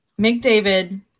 McDavid